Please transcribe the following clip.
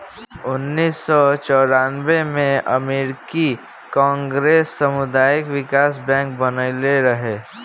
उनऽइस सौ चौरानबे में अमेरिकी कांग्रेस सामुदायिक बिकास बैंक बनइले रहे